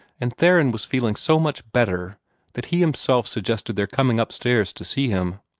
and theron was feeling so much better that he himself suggested their coming upstairs to see him.